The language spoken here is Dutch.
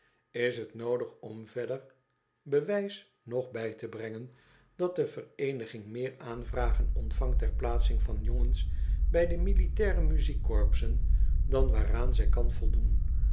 is het noodig om als verder bewijs nog bij te brengen dat de yereeniging meer aanvragen ontvangt ter plaatsing van jongens bij de militaire muziekkorpsen dan waaraan zij kan voldoen